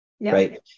right